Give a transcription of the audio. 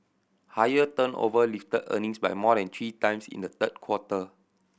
higher turnover lifted earnings by more than three times in the third quarter